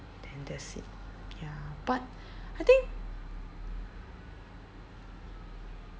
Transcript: then that's it ya but I think